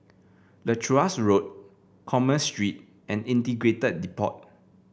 Leuchars Road Commerce Street and Integrated Depot